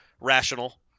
rational